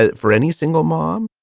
ah for any single mom?